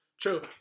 True